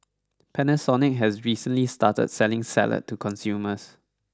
Panasonic has recently started selling salad to consumers